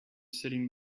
sitting